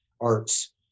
arts